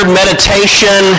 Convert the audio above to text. meditation